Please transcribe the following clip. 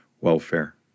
welfare